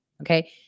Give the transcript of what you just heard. Okay